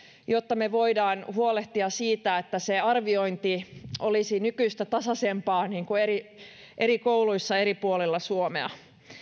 jotta voidaan huolehtia siitä että se arviointi olisi nykyistä tasaisempaa eri eri kouluissa eri puolilla suomea